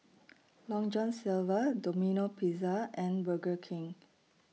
Long John Silver Domino Pizza and Burger King